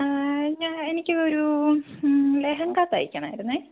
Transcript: ഞാൻ എനിക്കൊരു ലഹങ്ക തയ്ക്കണമായിരുന്നേ